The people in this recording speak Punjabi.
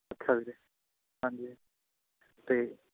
ਅੱਛਾ ਵੀਰੇ ਹਾਂਜੀ ਅਤੇ